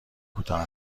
کوتاه